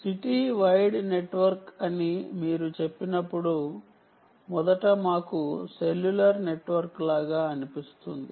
city wide network అని మీరు చెప్పినప్పుడు మొదట మాకు సెల్యులార్ నెట్వర్క్ లాగా అనిపిస్తుంది